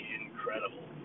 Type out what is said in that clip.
incredible